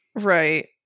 right